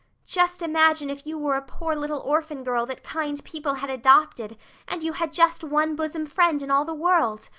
just imagine if you were a poor little orphan girl that kind people had adopted and you had just one bosom friend in all the world.